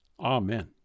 Amen